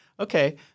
Okay